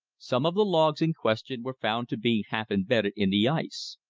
some of the logs in question were found to be half imbedded in the ice.